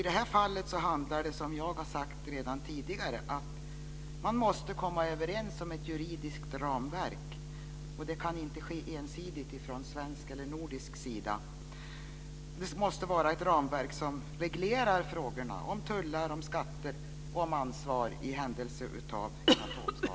I det här fallet handlar det om, som jag har sagt redan tidigare, att man måste komma överens om ett juridiskt ramverk. Det kan inte ske ensidigt från svensk eller nordisk sida. Det måste finnas ett ramverk som reglerar frågorna om tullar, skatter och ansvar i händelse av en atomskada.